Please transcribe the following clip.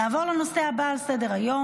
נעבור לנושא הבא על סדר-היום,